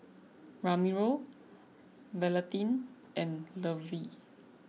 Ramiro Valentin and Levy